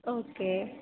okay